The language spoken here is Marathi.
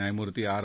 न्यायमूर्ती आर